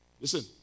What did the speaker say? Listen